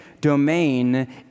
domain